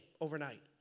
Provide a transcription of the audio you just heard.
overnight